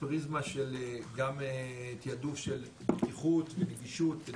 בפריזמה גם של תיעדוף של בטיחות וגמישות,